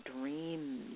dreams